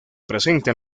presenta